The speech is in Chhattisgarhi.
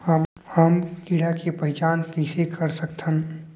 हम कीड़ा के पहिचान कईसे कर सकथन